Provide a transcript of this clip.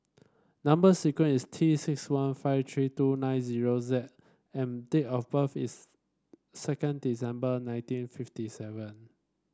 number sequence is T six one five three two nine zero Z and date of birth is second December nineteen fifty seven